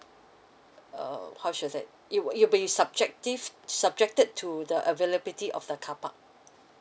err how should I say it it'll be subjective subjected to the availability of the car park